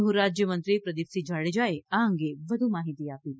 ગૃહરાજ્યમંત્રી પ્રદિપસિંહ જાડેજાએ આ અંગે વધુ માહિતી આપી હતી